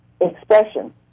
expression